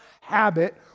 habit